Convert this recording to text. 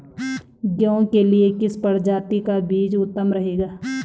गेहूँ के लिए किस प्रजाति का बीज उत्तम रहेगा?